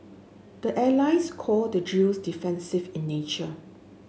the allies call the drills defensive in nature